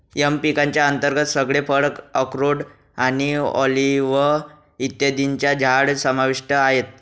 M पिकांच्या अंतर्गत सगळे फळ, अक्रोड आणि ऑलिव्ह इत्यादींची झाडं समाविष्ट आहेत